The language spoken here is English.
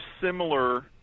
similar